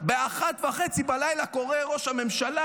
ב-01:30 קורא ראש הממשלה,